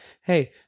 hey